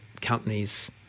companies